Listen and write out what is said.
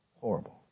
Horrible